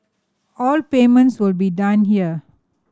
all payments will be done here